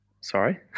Sorry